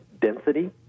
density